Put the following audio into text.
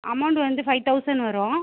amount வந்து five thousand வரும்